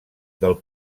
del